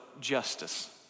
justice